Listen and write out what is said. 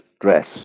dress